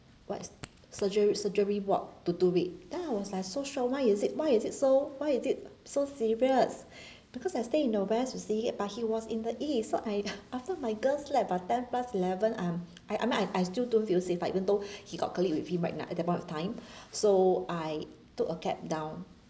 what's surgery surgery ward to do it then I was like so shock why is it why is it so why is it so serious because I stay in the west you see but he was in the east so I after my girls slept about ten plus eleven I'm I mean I I still don't feel safe but even though he got colleague with him right now at that point of time so I took a cab down